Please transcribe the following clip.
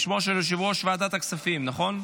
בשמו של יושב-ראש ועדת הכספים, נכון?